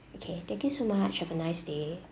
okay thank you so much have a nice day